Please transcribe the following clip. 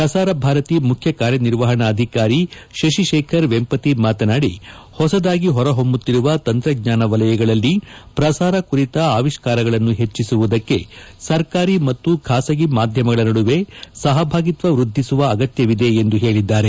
ಪ್ರಸಾರ ಭಾರತಿ ಮುಖ್ಯ ಕಾರ್ಯನಿರ್ವಹಣಾಧಿಕಾರಿ ಶಶಿಶೇಖರ್ ವೆಂಪತಿ ಮಾತನಾಡಿ ಹೊಸದಾಗಿ ಹೊರಹೊಮ್ತುತ್ತಿರುವ ತಂತ್ರಜ್ಞಾನ ವಲಯಗಳಲ್ಲಿ ಪ್ರಸಾರ ಕುರಿತ ಆವಿಷ್ಕಾರಗಳನ್ನು ಹೆಚ್ಚಿಸುವುದಕ್ಕೆ ಸರ್ಕಾರಿ ಮತ್ತು ಖಾಸಗಿ ಮಾಧ್ಯಮಗಳ ನಡುವೆ ಸಹಭಾಗಿತ್ವ ವೃದ್ಧಿಸುವ ಅಗತ್ತವಿದೆ ಎಂದು ಹೇಳಿದ್ದಾರೆ